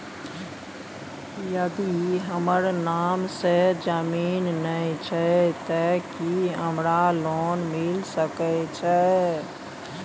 यदि हमर नाम से ज़मीन नय छै ते की हमरा लोन मिल सके छै?